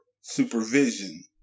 supervision